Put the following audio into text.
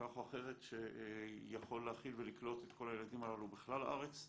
כך או אחרת שיכול להכיל ולקלוט את כל הילדים הללו בכלל הארץ.